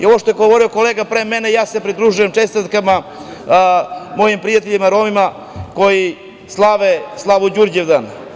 Ovo što je govorio kolega pre mene, ja se pridružujem čestitkama mojim prijateljima Romima koji slave slavu Đurđevdan.